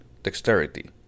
dexterity